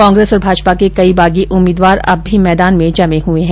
कांग्रेस और भाजपा के कई बागी उम्मीदवार अब भी मैदान में जमे हुए है